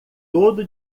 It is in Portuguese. todo